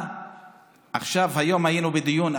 היום היינו בדיון,